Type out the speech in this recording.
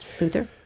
Luther